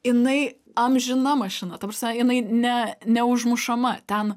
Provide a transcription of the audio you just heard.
jinai amžina mašina ta prasme jinai ne neužmušama ten